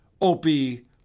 Opie